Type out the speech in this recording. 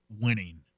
winning